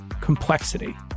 complexity